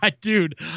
Dude